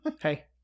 hey